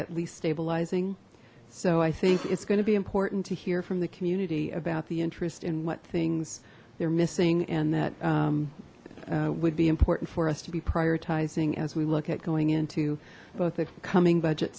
at least stabilizing so i think it's going to be important to hear from the community about the interest in what things they're missing and that would be important for us to be prioritizing as we look at going into both the coming budget